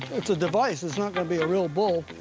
it's a device. it's not gonna be a real bull.